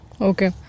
Okay